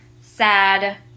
sad